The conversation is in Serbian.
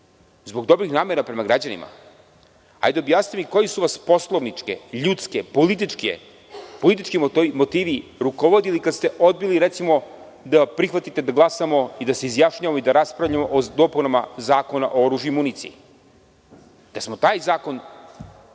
Zbog dobrih namera prema građanima. Hajde objasnite mi koje su vas poslovnički, ljudski, politički motivi rukovodili kad ste odbili, recimo, da prihvatite da glasamo i da se izjašnjavamo i da raspravljamo o dopunama Zakona o oružiju i municiji? Da li smo o tom zakonu